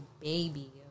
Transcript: baby